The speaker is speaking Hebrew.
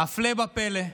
הפלא ופלא,